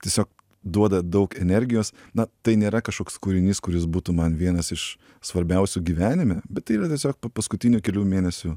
tiesiog duoda daug energijos na tai nėra kažkoks kūrinys kuris būtų man vienas iš svarbiausių gyvenime bet tai yra tiesiog pa paskutinių kelių mėnesių